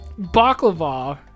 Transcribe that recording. baklava